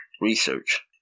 research